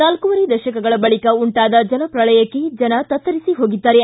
ನಾಲ್ಕೂವರೆ ದಶಕಗಳ ಬಳಿಕ ಉಂಟಾದ ಜಲಪ್ರಳಯಕ್ಕೆ ಜನ ತತ್ತರಿಸಿ ಹೋಗಿದ್ದಾರೆ